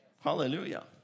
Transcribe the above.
Hallelujah